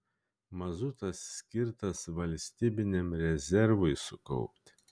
mazutas skirtas valstybiniam rezervui sukaupti